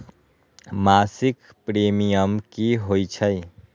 मासिक प्रीमियम की होई छई?